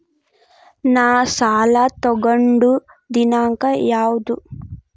ನಾ ಸಾಲ ತಗೊಂಡು ದಿನಾಂಕ ಯಾವುದು?